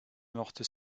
machte